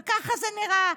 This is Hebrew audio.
וככה זה נראה.